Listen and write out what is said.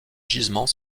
gisements